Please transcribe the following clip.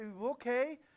okay